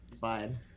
fine